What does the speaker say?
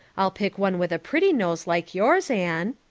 i'll pick one with a pretty nose like yours, anne.